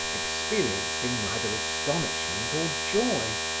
experiencing neither astonishment or joy,